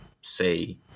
say